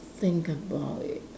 think about it